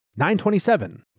927